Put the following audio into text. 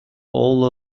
all